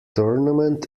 tournament